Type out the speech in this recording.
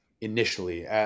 initially